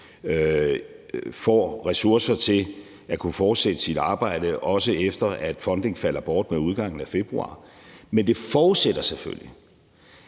får ressourcer til at kunne fortsætte sit arbejde, også efter at fundingen falder bort med udgangen af februar. Men det forudsætter selvfølgelig,